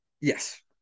Yes